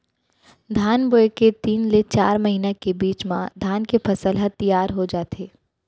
धान बोए के तीन ले चार महिना के बीच म धान के फसल ह तियार हो जाथे